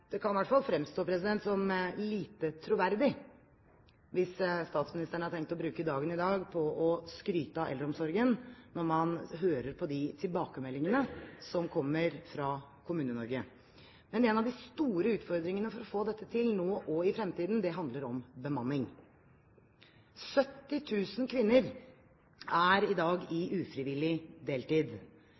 Det kan i hvert fall fremstå som lite troverdig hvis statsministeren har tenkt å bruke dagen i dag på å skryte av eldreomsorgen når man hører på de tilbakemeldingene som kommer fra Kommune-Norge. En av de store utfordringene for å få dette til, nå og i fremtiden, handler om bemanning. 70 000 kvinner er i dag i ufrivillig deltid.